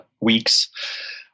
weeks